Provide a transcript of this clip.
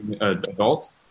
adults